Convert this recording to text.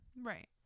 right